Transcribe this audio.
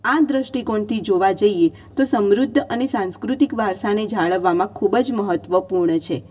આ દૃષ્ટીકોણથી જોવા જઈએ તો સમૃદ્ધ અને સાંસ્કૃતિક વારસાને જાળવવામાં ખૂબજ મહત્વપૂર્ણ છે